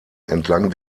entlang